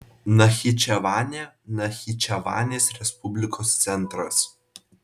nachičevanė nachičevanės respublikos centras